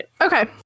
Okay